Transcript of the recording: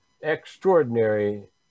extraordinary